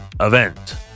Event